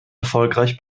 erfolgreich